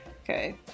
Okay